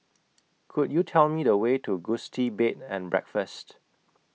Could YOU Tell Me The Way to Gusti Bed and Breakfast